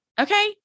Okay